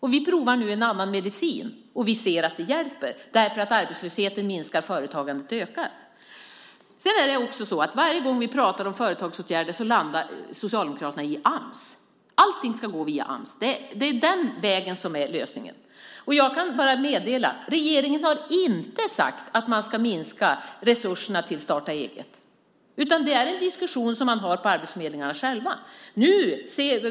Vi provar nu en annan medicin, och vi ser att det hjälper. Arbetslösheten minskar, och företagandet ökar. Varje gång vi pratar om företagsåtgärder landar Socialdemokraterna i Ams. Allting ska gå via Ams. Det är den vägen som är lösningen. Jag kan bara meddela att regeringen inte har sagt att man ska minska resurserna till Starta eget. Det är en diskussion som förs på arbetsförmedlingarna själva.